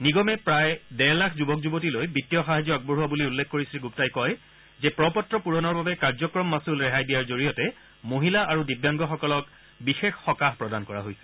নিগমে প্ৰায় ডেৰ লাখ যুৱক যুৰতীলৈ বিছীয় সাহায্য আগবঢ়োৱা বুলি উল্লেখ কৰি শ্ৰী গুপ্তাই কয় যে প্ৰ পত্ৰ পুৰণৰ বাবে কাৰ্যক্ৰম মাছুল ৰেহাই দিয়াৰ জৰিয়তে মহিলা আৰু দিব্যাংগসকলক বিশেষ সকাহ প্ৰদান কৰা হৈছে